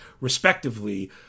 respectively